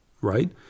right